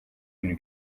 günü